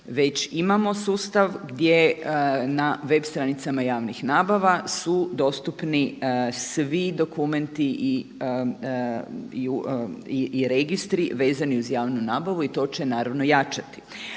već imamo sustav gdje na web stranicama javnih nabava su dostupni svi dokumenti i registri vezani uz javnu nabavu i to će naravno jačati.